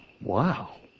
wow